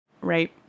Right